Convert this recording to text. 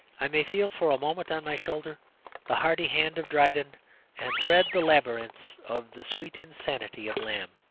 i may feel for a moment on my shoulder the hearty hand of dryden and thread the labyrinths of the sweet insanity of lamb.